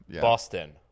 Boston